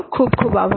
ખુબ ખુબ આભાર